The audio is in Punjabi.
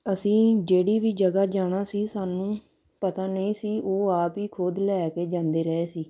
ਅਸੀਂ ਜਿਹੜੀ ਵੀ ਜਗ੍ਹਾ ਜਾਣਾ ਸੀ ਸਾਨੂੰ ਪਤਾ ਨਹੀਂ ਸੀ ਉਹ ਆਪ ਹੀ ਖੁਦ ਲੈ ਕੇ ਜਾਂਦੇ ਰਹੇ ਸੀ